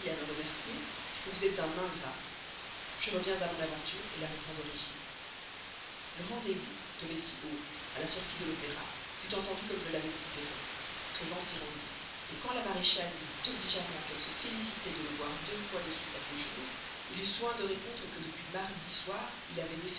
à me remercier c'est que vous êtes un ingrat je reviens à mon aventure la reprends d'origine le rendez-vous donné si haut à la sortie de l'opéra fut entendu comme je l'avais espéré prévan s'y rendit quand la maréchale lui dit obligeamment qu'elle se félicitait de le voir deux fois de suite à ses jours il eut soin de répondre que depuis mardi soir il avait